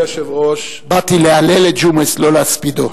באתי להלל את ג'ומס, לא להספידו.